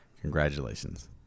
Congratulations